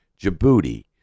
Djibouti